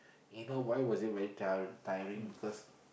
you know why was it very tiring tiring because